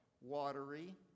watery